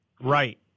right